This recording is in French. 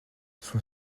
son